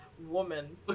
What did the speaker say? woman